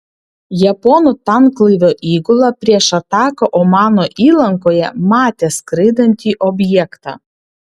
japonų tanklaivio įgula prieš ataką omano įlankoje matė skraidantį objektą